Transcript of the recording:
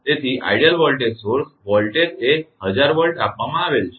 તેથી આદર્શ વોલ્ટેજ સ્રોત વોલ્ટેજ એ 1000 Volt આપવામાં આવેલ છે